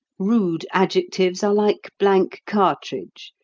rude adjectives are like blank cartridge.